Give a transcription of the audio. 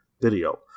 video